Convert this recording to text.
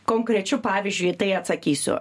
konkrečiu pavyzdžiui į tai atsakysiu